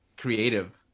creative